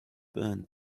burned